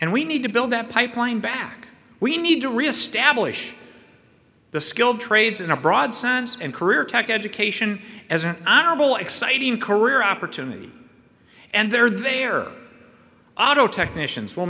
and we need to build that pipeline back we need to reestablish the skilled trades in a broad sense and career tech education as an honorable exciting career opportunity and there they are auto technicians w